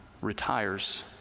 retires